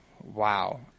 wow